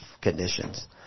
conditions